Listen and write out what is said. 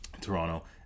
toronto